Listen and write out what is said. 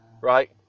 right